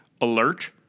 alert